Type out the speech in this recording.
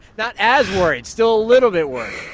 not as worried, still a little bit worried,